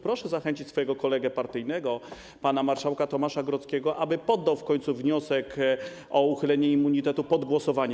Proszę zachęcić swojego kolegę partyjnego pana marszałka Tomasza Grodzkiego, aby poddał w końcu wniosek o uchylenie immunitetu pod głosowanie.